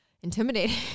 intimidating